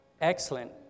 excellent